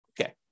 Okay